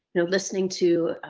you know, listening to.